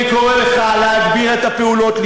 אני קורא לך להגביר את הפעולות,